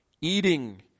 eating